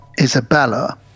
Isabella